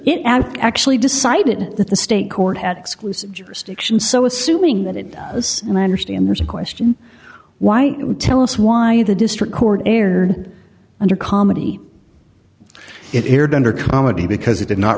and actually decided that the state court had exclusive jurisdiction so assuming that it does and i understand there's a question why it would tell us why the district court erred under comedy it aired under comedy because it did not